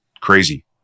crazy